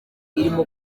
irimo